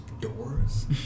Doors